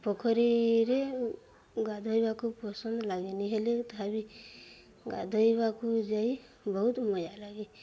ପୋଖରୀରେ ଗାଧୋଇବାକୁ ପସନ୍ଦ ଲାଗେନି ହେଲେ ତଥାବିି ଗାଧୋଇବାକୁ ଯାଇ ବହୁତ ମଜା ଲାଗେ